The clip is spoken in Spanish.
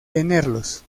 tenerlos